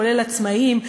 כולל עצמאים.